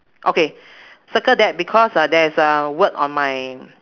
okay circle that because uh there is a word on my